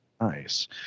Nice